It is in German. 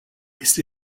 ist